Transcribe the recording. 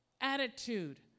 attitude